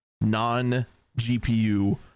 non-GPU